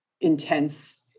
intense